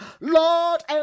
Lord